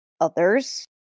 others